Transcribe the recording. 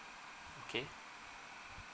okay